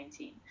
2019